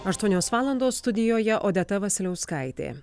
aštuonios valandos studijoje odeta vasiliauskaitė